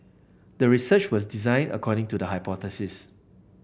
the research was designed according to the hypothesis